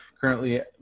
currently